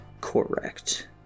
Correct